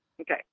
Okay